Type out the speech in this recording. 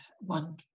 one